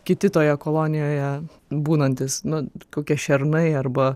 kiti toje kolonijoje būnantys nu kokie šernai arba